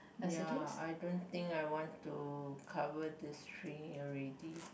ya I don't think I want to cover these three already